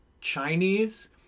Chinese